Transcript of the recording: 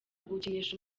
gukinisha